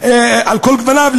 גווניו,